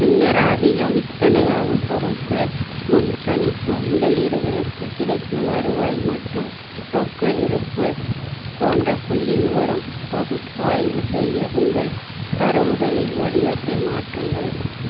பின்னர் அதிகம் விற்பனையாகும் பொருட்கள் முன்கணிப்பு முதலீடுகளுக்கு கிடைக்கும் வருவாய் மற்றும் ரொக்க இருப்பு போன்ற புள்ளி விவரம் பகுப்பாய்வு செய்ய உங்கள் தரவுகளின் வடிவத்தை மாற்றுங்கள்